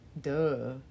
Duh